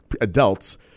adults